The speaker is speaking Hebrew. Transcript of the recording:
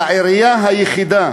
והעירייה היחידה